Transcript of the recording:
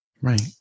Right